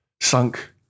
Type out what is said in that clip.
sunk